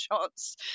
shots